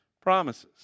Promises